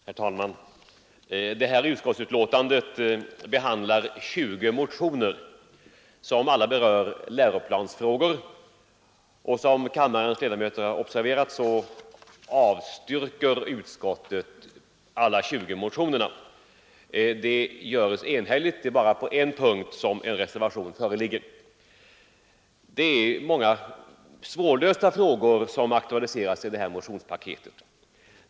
Herr talman! I förevarande utskottsbetänkande behandlas 21 motioner, som alla berör läroplansfrågor, och som kammarens ledamöter har observerat avstyrker utskottet alla 21. Det görs nästan enhälligt — bara på en punkt föreligger en reservation. Många svårlösta frågor aktualiseras i detta motionspaket.